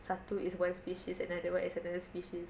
satu is one species another one is another species